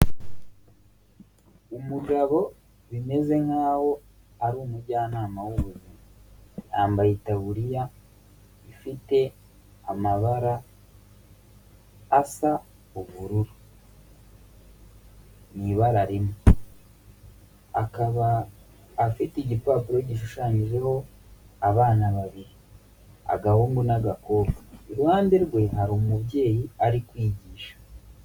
Umugabo bimeze nk'aho ari umujyanama w'ubuzima, yambaye itaburiya ifite amabara asa ubururu, ni ibara rimwe, akaba afite igipapuro gishushanyijeho abana babiri, agahungu n'agakobwa, iruhande rwe hari umubyeyi ari kwigisha.